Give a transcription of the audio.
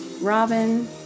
Robin